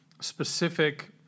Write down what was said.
specific